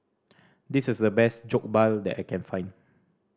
this is the best Jokbal that I can find